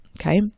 Okay